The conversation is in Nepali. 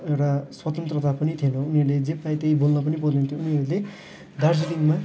एउटा स्वतन्त्रता पनि थिएन उनीहरूले जे पायो त्यही बोल्न पनि पाउँदैनथियो उनीहरूले दार्जिलिङमा